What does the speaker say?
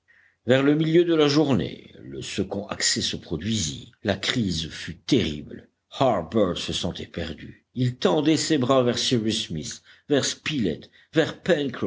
vers le milieu de la journée le second accès se produisit la crise fut terrible harbert se sentait perdu il tendait ses bras vers cyrus smith vers spilett vers